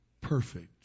perfect